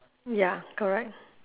ya correct